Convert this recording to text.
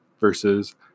versus